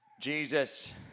Jesus